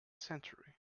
century